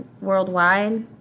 worldwide